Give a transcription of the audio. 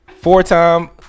Four-time